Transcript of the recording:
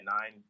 nine